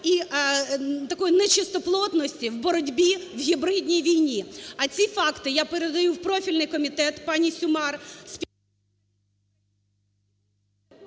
і такої нечистоплотності у боротьбі в гібридній війні. А ці факти я передаю в профільний комітет пані Сюмар…